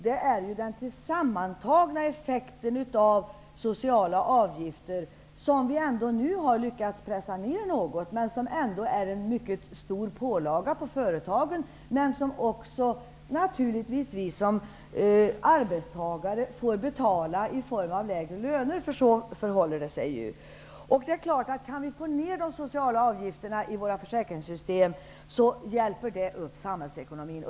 Det är den sammantagna effekten av sociala avgifter som vi nu ändå har lyckats pressa ned något men som ändå utgör en mycket stor pålaga på företagen, men som naturligtvis vi som arbetstagare får betala i form av lägre löner. Så förhåller det sig. Kan vi få ned de sociala avgifterna i våra försäkringssystem hjälper det upp samhällsekonomin.